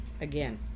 Again